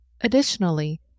Additionally